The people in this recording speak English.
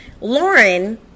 lauren